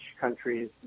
countries